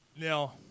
now